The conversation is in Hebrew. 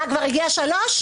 כבר הגיעה שלישית?